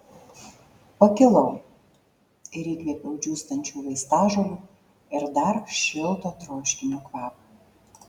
pakilau ir įkvėpiau džiūstančių vaistažolių ir dar šilto troškinio kvapo